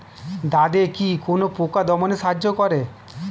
দাদেকি কোন পোকা দমনে সাহায্য করে?